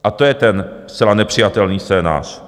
A to je ten zcela nepřijatelný scénář.